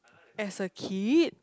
as a kid